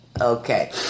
Okay